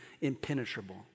impenetrable